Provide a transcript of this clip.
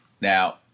Now